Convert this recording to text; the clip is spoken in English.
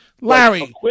Larry